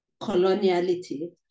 coloniality